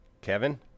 Kevin